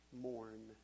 mourn